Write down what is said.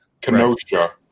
Kenosha